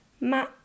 ma